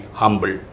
humble